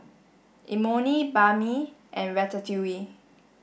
Imoni Banh Mi and Ratatouille